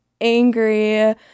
angry